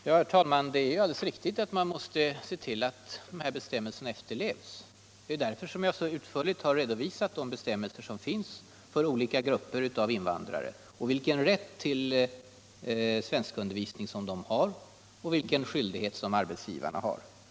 Herr talman! Det är alldeles riktigt att man måste se till att de här bestämmelserna efterlevs. Det är därför jag så utförligt har redovisat de regler som finns för olika grupper av invandrare, vilken rätt till svenskundervisning de har och vilken skyldighet arbetsgivarna har.